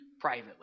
privately